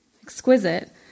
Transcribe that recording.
Exquisite